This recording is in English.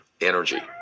energy